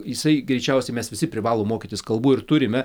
jisai greičiausiai mes visi privalom mokytis kalbų ir turime